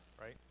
right